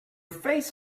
face